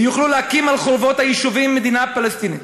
ויוכלו להקים על חורבות היישובים מדינה פלסטינית.